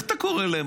איך אתה קורא להם,